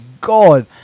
God